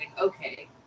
Okay